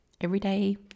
Everyday